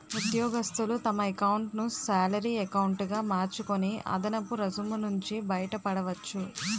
ఉద్యోగస్తులు తమ ఎకౌంటును శాలరీ ఎకౌంటు గా మార్చుకొని అదనపు రుసుము నుంచి బయటపడవచ్చు